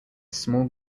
small